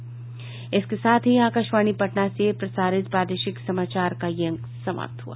इसके साथ ही आकाशवाणी पटना से प्रसारित प्रादेशिक समाचार का ये अंक समाप्त हुआ